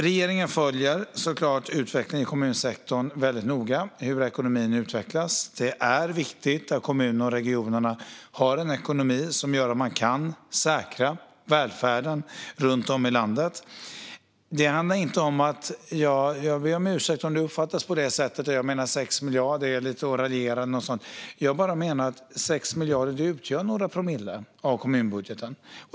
Regeringen följer noga hur ekonomin utvecklas i kommunsektorn. Det är viktigt att kommunerna och regionerna har en ekonomi som gör att välfärden kan säkras runt om i landet. Jag ber om ursäkt ifall det uppfattas som att jag raljerar över 6 miljarder. Jag menar bara att 6 miljarder utgör några promille av kommunbudgeten.